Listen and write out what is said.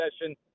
session